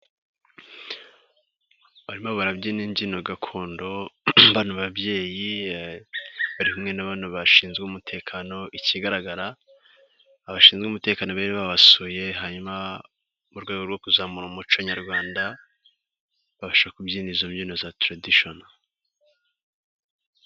Barimo barabyina imbyino gakondo bano babyeyi barikumwe na bamwe mu bashinzwe umutekano ikigaragara cyo abashinzwe umutekano bari babasuye hanyuma mu rwego rwo kuzamura umuco nyarwanda babasha kubyina izo mbyino za taradishoni.